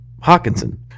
Hawkinson